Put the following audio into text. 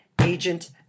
agent